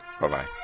Bye-bye